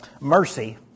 mercy